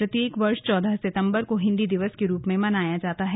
प्रत्येक वर्ष चौदह सितम्बर हिंदी दिवस के रूप में मनाया जाता है